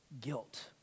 guilt